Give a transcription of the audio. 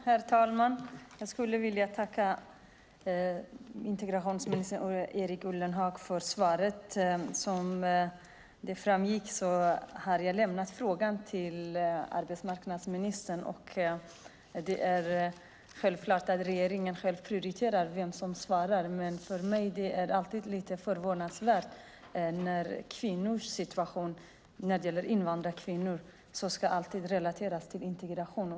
Herr talman! Jag vill tacka integrationsminister Erik Ullenhag för svaret. Som det framgick har jag lämnat frågan till arbetsmarknadsministern, och det är självklart regeringen som bestämmer vem som svarar. Men jag tycker att det är förvånansvärt att frågor rörande invandrarkvinnor alltid ska relateras till integration.